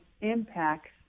impacts